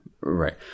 Right